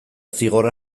zigor